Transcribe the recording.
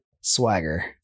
swagger